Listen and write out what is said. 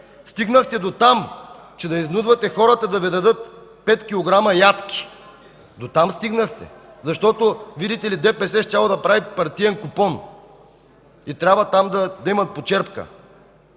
Стигнахте до там, че да изнудвате хората да Ви дадат пет килограма ядки! Дотам стигнахте, защото, видите ли, ДПС щял да прави партиен купон и трябва там да има почерпка.